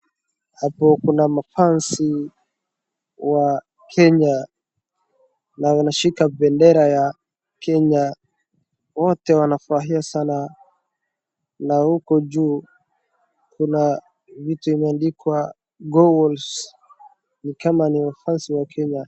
Hapo kuna ma fans wa Kenya na wanashika bendera ya Kenya, wote wanafurahia sana. Na huko juu kuna vitu imeandikwa Go Wolfs ni kama ni ma fans wa Kenya.